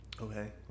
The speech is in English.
okay